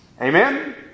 Amen